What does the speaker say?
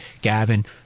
Gavin